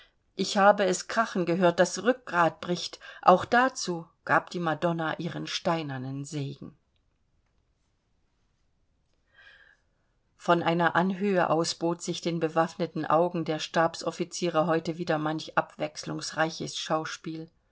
ich habe es krachen gehört das rückgrat bricht auch dazu gab die madonna ihren steinernen segen von einer anhöhe aus bot sich den bewaffneten augen der stabsoffiziere heute wieder manch abwechselungsreiches schauspiel